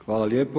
Hvala lijepo.